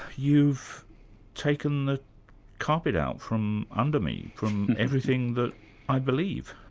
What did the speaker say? you've taken the carpet out from under me, from everything that i believe.